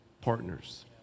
partners